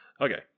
Okay